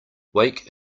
wake